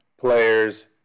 players